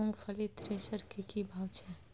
मूंगफली थ्रेसर के की भाव छै?